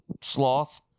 sloth